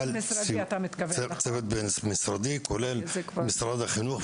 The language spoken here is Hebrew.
צוות בין משרדי, כולל משרד החינוך.